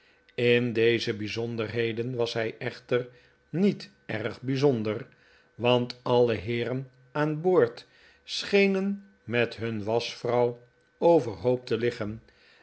in deze bijzonderheden was hij echter niet erg bijzonder want alle heeien aan boord schenen met hun waschvreuw overhoop te liggen